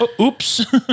Oops